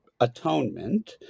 atonement